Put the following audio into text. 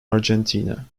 argentina